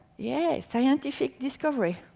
yeah scientific discovery.